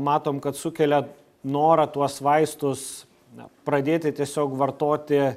matom kad sukelia norą tuos vaistus na pradėti tiesiog vartoti